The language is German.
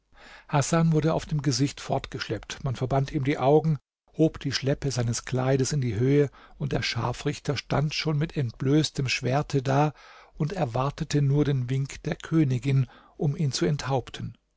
hasan wurde auf dem gesicht fortgeschleppt man verband ihm die augen hob die schleppe seines kleides in die höhe und der scharfrichter stand schon mit entblößtem schwerte da und erwartete nur den wink der königin um ihn zu enthaupten